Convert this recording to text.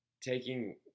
taking